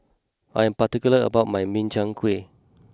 I am particular about my Min Chiang Kueh